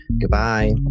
Goodbye